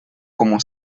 como